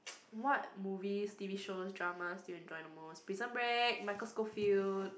what movies T_V shows dramas do you enjoy the most Prison Break Michael Scofield